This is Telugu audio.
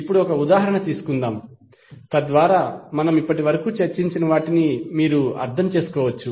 ఇప్పుడు ఒక ఉదాహరణ తీసుకుందాం తద్వారా మనము ఇప్పటివరకు చర్చించిన వాటిని మీరు అర్థం చేసుకోవచ్చు